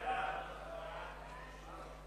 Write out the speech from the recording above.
ההצעה להעביר את הצעת חוק לתיקון פקודת מס